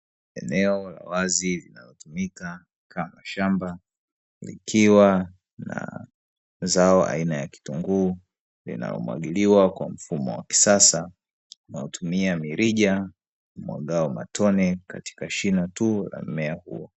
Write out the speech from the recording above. Eneo la wazi linalotumika kama shamba likiwa na zao aina ya kitunguu, linalomwagiliwa kwa mfumo wa kisasa unaotumia mirija imwagayo matone katika shina tu la mmea huo.